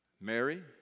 Mary